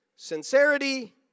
Sincerity